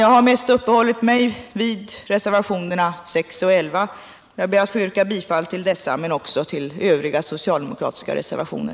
Jag har mest uppehållit mig vid reservationerna 6 och 11, och jag ber att få yrka bifall till dessa men också till övriga socialdemokratiska reservationer.